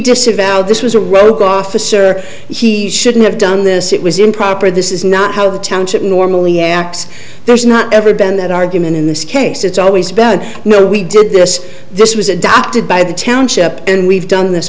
disavow this was a rogue officer he shouldn't have done this it was improper this is not how the township normally acts there's not ever been that argument in this case it's always about no we did this this was adopted by the township and we've done this